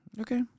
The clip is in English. okay